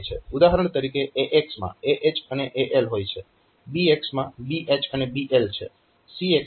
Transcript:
ઉદાહરણ તરીકે AX માં AH અને AL હોય છે BX માં BH અને BL છે